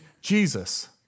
Jesus